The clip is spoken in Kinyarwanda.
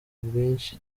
bwinshi